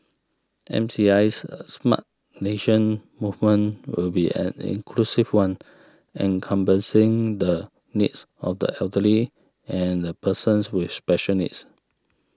MCI's a Smart Nation movement will be an inclusive one encompassing the needs of the elderly and the persons with special needs